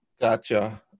gotcha